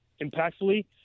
impactfully